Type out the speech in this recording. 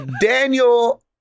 Daniel